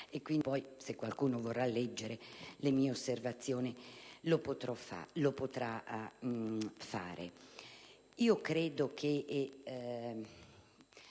scritto, così, se qualcuno vorrà leggere le mie osservazioni, lo potrà fare.